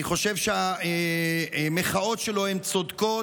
אני חושב שהמחאות שלו הן צודקות.